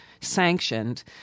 sanctioned